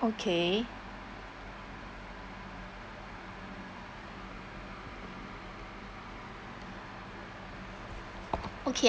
okay okay